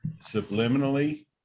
subliminally